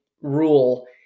rule